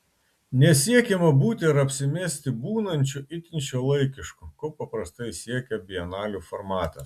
nesiekiama būti ar apsimesti būnančiu itin šiuolaikišku ko paprastai siekia bienalių formatas